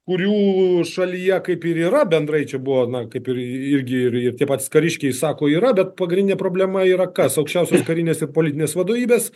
kurių šalyje kaip ir yra bendrai čia buvo na kaip ir irgi ir tie patys kariškiai sako yra bet pagrindinė problema yra kas aukščiausios karinės ir politinės vadovybės